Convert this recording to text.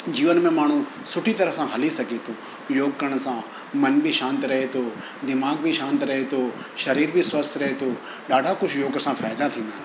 जीवन में माण्हू सुठी तरह सां हली सघे थो योग करण सां मन बि शांति रहे थो दिमाग़ बि शांति रहे थो शरीर बि स्वस्थ रहे थो ॾाढा कुझु योग सां फ़ाइदा थींदा आहिनि